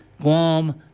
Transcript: Guam